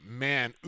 man